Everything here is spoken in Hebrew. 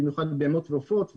ובמיוחד בהמות ועופות,